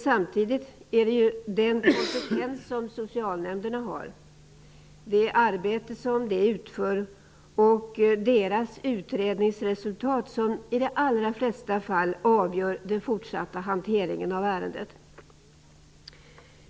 Samtidigt är det socialnämndernas kompetens, deras arbete och deras utredningsresultat som i de allra flesta fall avgör den fortsatta hanteringen av ärendet.